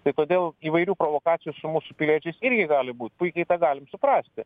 tai todėl įvairių provokacijų su mūsų piliečiais irgi gali būt puikiai tą galim suprasti